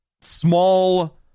small